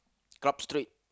Club-Street